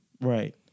Right